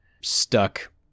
stuck